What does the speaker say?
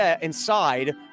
inside